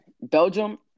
Belgium